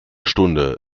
stunde